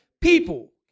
people